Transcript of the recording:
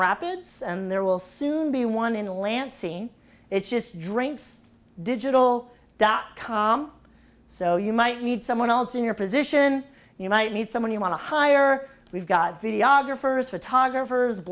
rapids and there will soon be one in lansing it's just drinks digital dot com so you might need someone else in your position you might need someone you want to hire we've got videographers photographers